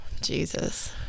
Jesus